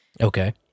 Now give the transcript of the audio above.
Okay